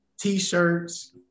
t-shirts